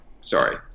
Sorry